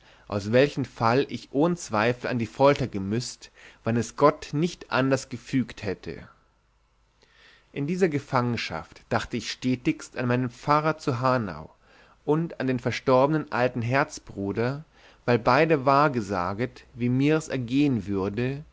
aus welchen fall ich ohn zweifel an die folter gemüßt wann es gott nicht anderst gefügt hätte in dieser gefangenschaft dachte ich stetigs an meinen pfarrer zu hanau und an den verstorbenen alten herzbruder weil sie beide wahrgesaget wie mirs ergehen würde